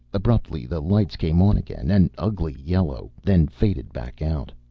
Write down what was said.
abruptly the lights came on again, an ugly yellow, then faded back out.